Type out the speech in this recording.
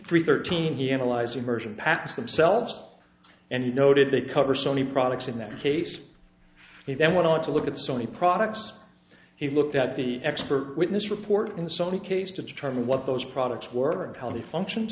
three thirteen he analyzed version packs themselves and noted they cover sony products in that case he then went on to look at sony products he looked at the expert witness report in the sony case to determine what those products were and how they function